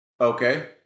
Okay